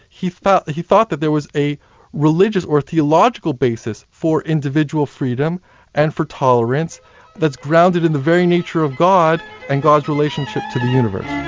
he thought he thought that there was a religious or theological basis for individual freedom and for tolerance that's grounded in the very nature of god and god's relationship to the universe.